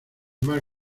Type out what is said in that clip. más